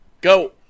Go